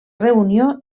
reunió